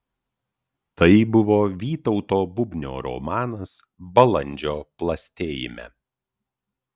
tai buvo vytauto bubnio romanas balandžio plastėjime